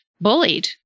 bullied